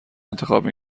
انتخاب